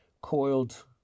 coiled